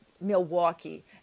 Milwaukee